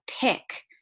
pick